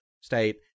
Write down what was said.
state